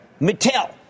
Mattel